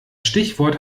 stichwort